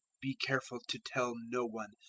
be careful to tell no one,